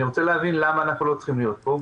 אני רוצה להבין למה אנחנו לא צריכים להיות פה.